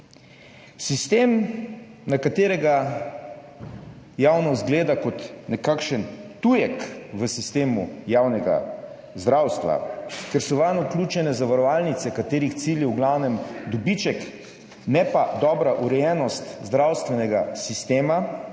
Sistem, na katerega javnost gleda kot na nekakšen tujek v sistemu javnega zdravstva, ker so vanj vključene zavarovalnice, katerih cilj je v glavnem dobiček, ne pa dobra urejenost zdravstvenega sistema,